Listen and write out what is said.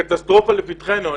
הקטסטרופה לפתחנו.